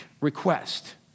request